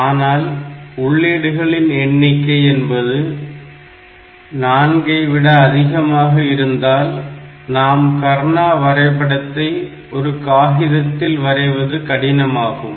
ஆனால் உள்ளீடுகளின் எண்ணிக்கை என்பது 4 ஐ விட அதிகமாக இருந்தால் நாம் கர்னா வரைபடத்தை ஒரு காகிதத்தில் வரைவது கடினமாகும்